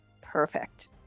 Perfect